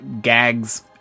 gags